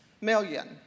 million